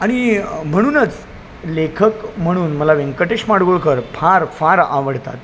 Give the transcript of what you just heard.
आणि म्हणूनच लेखक म्हणून मला व्यंकटेश माडगूळकर फार फार आवडतात